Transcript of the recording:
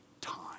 time